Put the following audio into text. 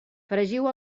fregiu